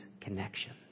connections